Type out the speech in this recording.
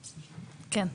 כן.